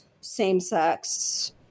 same-sex